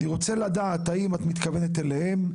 אני רוצה לדעת האם את מתכוונת אליהם?